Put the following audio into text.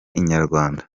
inyarwanda